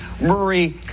Murray